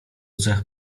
cech